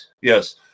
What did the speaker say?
yes